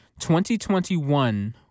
2021